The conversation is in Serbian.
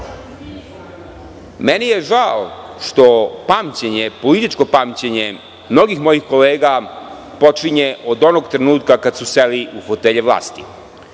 Meni je žao što političko pamćenje mnogih mojih kolega počinje od onog trenutka kada su seli u fotelje vlasti. Zaista